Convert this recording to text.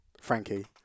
Frankie